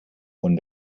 von